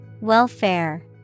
Welfare